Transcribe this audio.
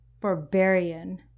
Barbarian